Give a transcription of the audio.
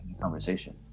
conversation